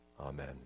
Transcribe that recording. Amen